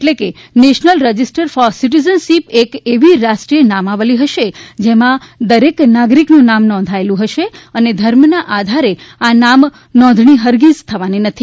એટ્લે કે national register for citizenship એક એવી રાષ્ટ્રીય નામાવલી હશે જેમાં દરેક નાગરિક નું નામ નોંધાયેલું હશે અને ધર્મ ને આધારે આ નામ નોંધણી હરગિજ થવાની નથી